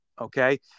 Okay